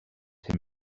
him